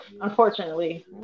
unfortunately